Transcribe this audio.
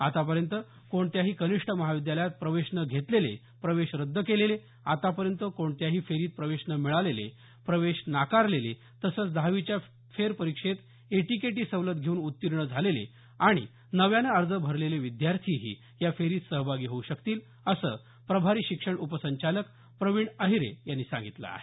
आतापर्यंत कोणत्याही कनिष्ठ महाविद्यालयात प्रवेश न घेतलेले प्रवेश रद्द केलेले आतापर्यंत कोणत्याही फेरीत प्रवेश न मिळालेले प्रवेश नाकारलेले तसंच दहावीच्या फेरपरीक्षेत एटीकेटी सवलत घेऊन उत्तीर्ण झालेले आणि नव्याने अर्ज भरलेले विद्यार्थीही या फेरीत सहभागी होऊ शकतील असं प्रभारी शिक्षण उपसंचालक प्रवीण अहिरे यांनी सांगितलं आहे